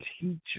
teacher